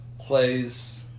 plays